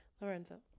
Lorenzo